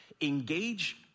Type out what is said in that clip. engage